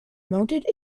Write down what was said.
mounted